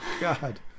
god